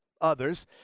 others